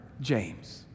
James